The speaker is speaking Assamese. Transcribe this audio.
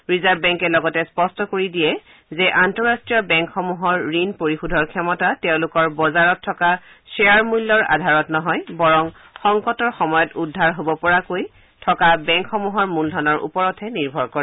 ৰিজাৰ্ভ বেংকে লগতে স্পষ্ট কৰি দিয়ে যে আন্তঃৰাষ্ট্ৰীয়ভাৱে বেংকসমূহৰ ঋণ পৰিশোধৰ ক্ষমতা তেওঁলোকৰ বজাৰত থকা শ্বেয়াৰ মূল্যৰ আধাৰত নহয় বৰং সংকটৰ সময়ত উদ্ধাৰ হ'ব পৰাকৈ থকা বেংকসমূহৰ মূলধনৰ ওপৰতহে নিৰ্ভৰ কৰে